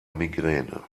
migräne